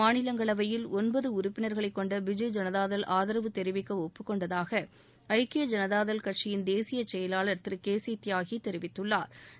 மாநிலங்களவையில் ஒன்பது உறுப்பினர்களைக் கொண்ட பிஜு ஜனதாதள் ஆதரவு தெரிவிக்க ஒப்புக் கொண்டதாக ஐக்கிய ஜனதாதள் தேசிய செயலாளா் திரு கே சி தியாகி தெரிவித்துள்ளாா்